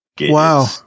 Wow